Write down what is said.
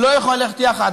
זה לא יכול ללכת יחד.